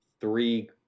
three